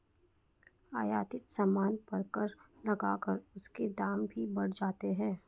आयातित सामान पर कर लगाकर उसके दाम भी बढ़ जाते हैं